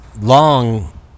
long